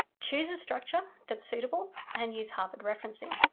choose a structure that's suitable and use harvard referencing.